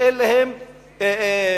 שאין להם כלום,